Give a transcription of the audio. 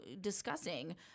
discussing